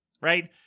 right